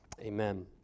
Amen